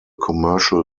commercial